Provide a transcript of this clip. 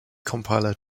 compiler